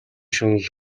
шунал